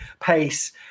pace